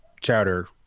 chowder